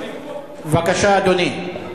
בבקשה, אדוני.